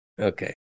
okay